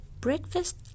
breakfast